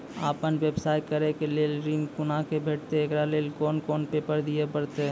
आपन व्यवसाय करै के लेल ऋण कुना के भेंटते एकरा लेल कौन कौन पेपर दिए परतै?